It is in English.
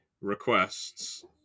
requests